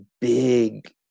big